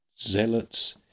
Zealots